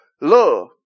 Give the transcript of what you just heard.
Love